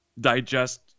digest